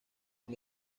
sin